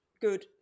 good